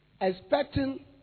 expecting